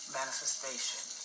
manifestation